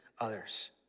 others